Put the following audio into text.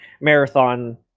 Marathon